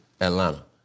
Atlanta